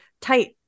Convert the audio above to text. tight